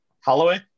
Holloway